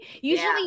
Usually